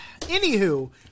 Anywho